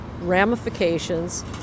ramifications